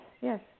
yes